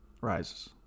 Rises